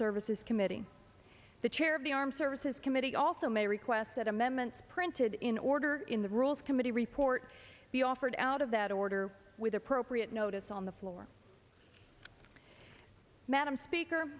services committee the chair of the armed services committee also may request that amendments printed in order in the rules committee report be offered out of that order with appropriate notice on the floor madam speaker